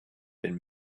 been